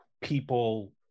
people